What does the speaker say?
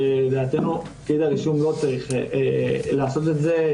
שלדעתנו פקיד הרישום לא צריך לעשות את זה.